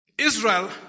Israel